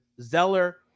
Zeller